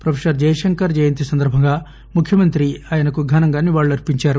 professor Jayashankar జయంతి సందర్బంగా ముఖ్యమంత్రి ఆయనకు ఘనంగా నివాళులర్చించారు